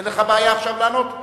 אין לך בעיה לענות עכשיו?